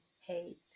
hate